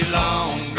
long